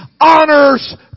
honors